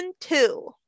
two